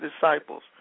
disciples